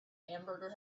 hamburger